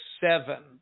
seven